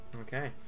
Okay